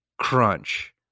Crunch